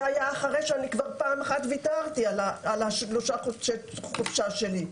זה היה אחרי שאני כבר פעם אחת ויתרתי על שלושה חודשי החופשה שלי,